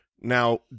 Now